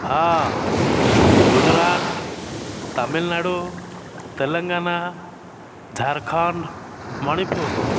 ହଁ ଗୁଜୁରାଟ ତାମିଲନାଡ଼ୁ ତେଲେଙ୍ଗାନା ଝାରଖଣ୍ଡ ମଣିପୁର